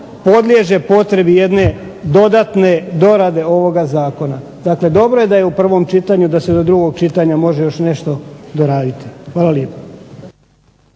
podliježe potrebi jedne dodatne dorade ovoga zakona. Dakle, dobro je da je u prvom čitanju, da se do drugog čitanja može još nešto doraditi. Hvala lijepa.